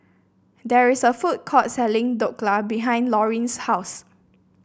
there is a food court selling Dhokla behind Lorine's house